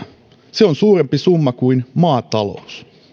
se on suurempi summa kuin maatalous